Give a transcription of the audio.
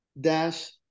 dash